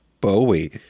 bowie